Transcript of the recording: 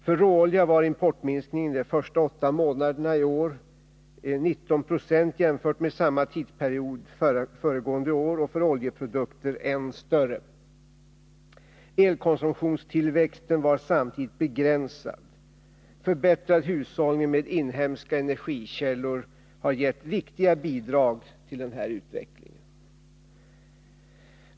För råolja var importminskningen de första åtta månaderna i år 19 70 jämfört med samma tidsperiod 1980 och för oljeprodukter än större. Elkonsumtionstillväxten var samtidigt begränsad. Förbättrad hushållning och inhemska energikällor har gett viktiga bidrag till denna utveckling.